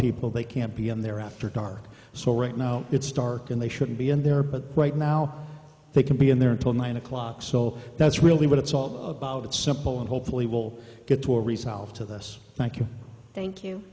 people they can't be on their after dark so right now it's dark and they shouldn't be in there but right now they can be in there until nine o'clock so that's really what it's all about it's simple and hopefully will get to a resolve to this thank you thank you